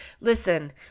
Listen